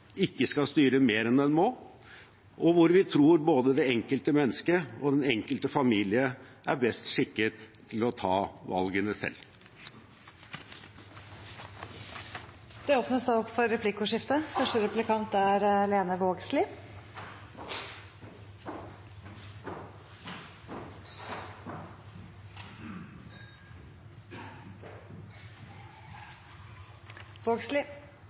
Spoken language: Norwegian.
ikke skal styre mer enn den må, da vi tror både det enkelte menneske og den enkelte familie er best skikket til å ta valgene selv. Det blir replikkordskifte.